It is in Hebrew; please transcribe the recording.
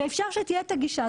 ואפשר שתהיה את הגישה,